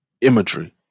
imagery